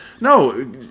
No